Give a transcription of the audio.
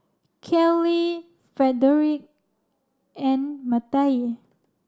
Kellee Frederic and Mattye